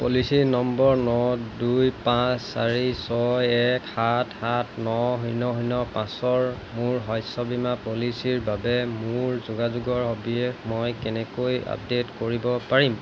policy number ন দুই পাঁচ চাৰি ছয় এক সাত সাত ন শূন্য শূন্য পাঁচৰ মোৰ শস্য বীমা পলিচীৰ বাবে মোৰ যোগাযোগৰ সবিশেষ মই কেনেকৈ আপডেট কৰিব পাৰিম